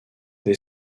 des